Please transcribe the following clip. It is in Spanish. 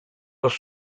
los